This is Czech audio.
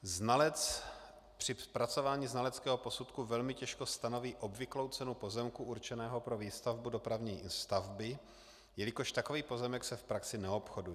Znalec při zpracování znaleckého posudku velmi těžko stanoví obvyklou cenu pozemku určeného pro výstavbu dopravní stavby, jelikož takový pozemek se v praxi neobchoduje.